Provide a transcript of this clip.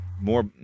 more